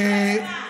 בולשביקים לא, עזרה.